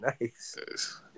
nice